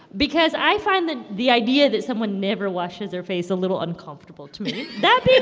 because i find that the idea that someone never washes their face a little uncomfortable to me. that being